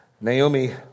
Naomi